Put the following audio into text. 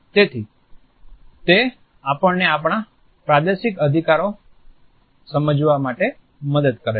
તેથી તે આપણને આપણા પ્રાદેશિક અધિકારો સમજવામાં મદદ કરે છે